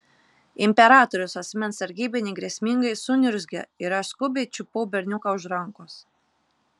imperatoriaus asmens sargybiniai grėsmingai suniurzgė ir aš skubiai čiupau berniuką už rankos